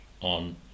on